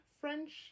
French